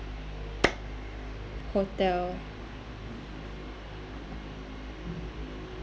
hotel